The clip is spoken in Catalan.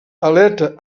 aleta